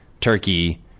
turkey